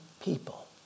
people